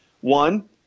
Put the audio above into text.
One